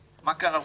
מה קרה לך?